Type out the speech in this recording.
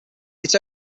its